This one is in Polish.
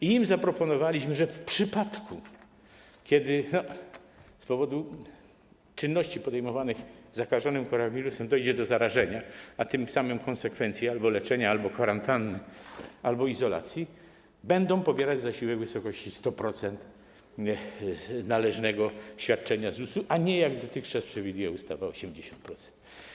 I zaproponowaliśmy im, że w przypadku, kiedy z powodu czynności podejmowanych z zakażonym koronawirusem dojdzie do zarażenia, a tym samym w konsekwencji albo leczenia, albo kwarantanny, albo izolacji, będą pobierać zasiłek w wysokości 100% należnego świadczenia ZUS-u, a nie, jak dotychczas przewiduje ustawa, 80%.